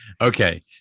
Okay